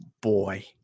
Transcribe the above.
boy